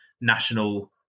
national